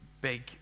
big